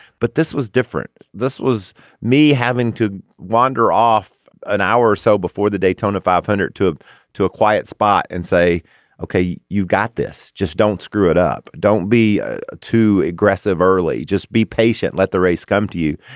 but this was different. this was me having to wander off an hour or so before the daytona five hundred too ah to a quiet spot and say okay you've got this. just don't screw it up. don't be ah too aggressive early. just be patient. let the race come to you.